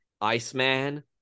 Iceman